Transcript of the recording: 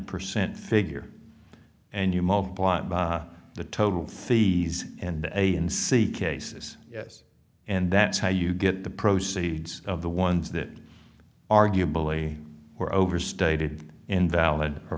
percent figure and you multiply it by the total fees and the a n c cases yes and that's how you get the proceeds of the ones that arguably were overstated invalid or